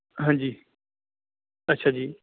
ਹਾਂਜੀ ਅੱਛਾ ਜੀ